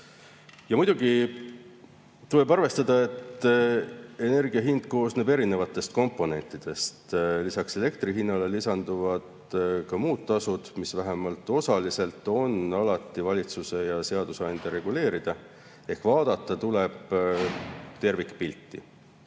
Muidugi tuleb arvestada, et energia hind koosneb erinevatest komponentidest. Elektri hinnale lisanduvad muud tasud, mis vähemalt osaliselt on alati valitsuse ja seadusandja reguleerida. Ehk vaadata tuleb tervikpilti